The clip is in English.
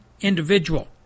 individual